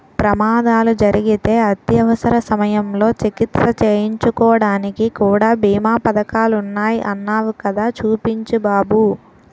ప్రమాదాలు జరిగితే అత్యవసర సమయంలో చికిత్స చేయించుకోడానికి కూడా బీమా పదకాలున్నాయ్ అన్నావ్ కదా చూపించు బాబు